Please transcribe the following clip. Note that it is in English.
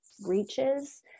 reaches